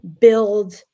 build